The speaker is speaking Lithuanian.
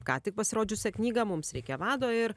ką tik pasirodžiusią knygą mums reikia vado ir